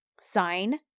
Sign